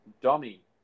Dummy